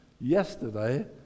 yesterday